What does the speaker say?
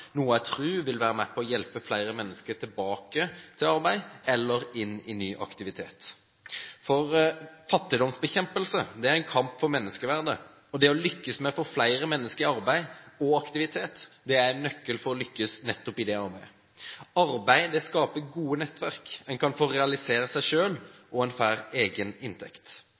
noe jeg tror vil være med på å hjelpe flere mennesker tilbake til arbeid eller inn i ny aktivitet. Fattigdomsbekjempelse er en kamp for menneskeverdet, og det å lykkes med å få flere mennesker i arbeid og aktivitet er en nøkkel for å lykkes nettopp i det arbeidet. Arbeid skaper gode nettverk, en kan få realisert seg selv, og en får egen inntekt.